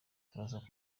turasaba